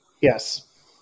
Yes